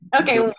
Okay